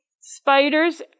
Spiders